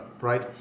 right